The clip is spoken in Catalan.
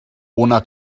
una